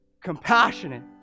compassionate